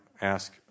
ask